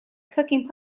cooking